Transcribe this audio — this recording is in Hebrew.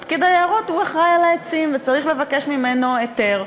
ופקיד היערות הוא האחראי לעצים וצריך לבקש ממנו היתר.